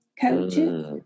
coaches